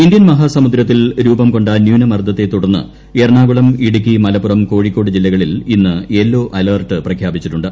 Indian മഹാസമുദ്രത്തിൽ രൂപംകൊണ്ട ന്യൂനമർദത്തെ തുടർന്ന് എറണാകുളം ഇടുക്കി മലപ്പുറം കോഴിക്കോട് ജില്ലകളിൽ ഇന്ന് യെല്ലോ അലർട്ട് പ്രഖ്യാപിച്ചിട്ടുണ്ട്